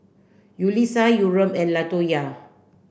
Yulisa Yurem and Latonya